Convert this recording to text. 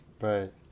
Right